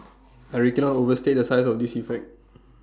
I really cannot overstate the size of this effect